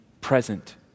present